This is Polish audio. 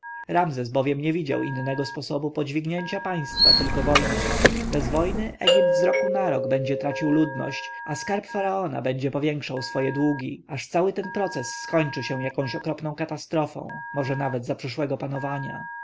rozpaczy ramzes bowiem nie widział innego sposobu podźwignięcia państwa tylko wojnę bez wojny egipt z roku na rok będzie tracił ludność a skarb faraona będzie powiększał swoje długi aż cały ten proces skończy się jakąś okropną katastrofą może nawet za przyszłego panowania